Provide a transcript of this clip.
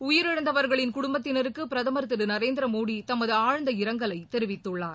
உயிரிழந்தவர்களின் குடும்பத்தினருக்குபிரதமர் திருநரேந்திரமோடி தமதுஆழ்ந்த இரங்கலைதெரிவித்துள்ளார்